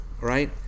right